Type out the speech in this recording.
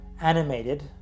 animated